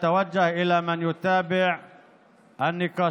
להלן תרגומם: אני פונה לכל מי שעוקב אחרי הדיונים עכשיו